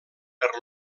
per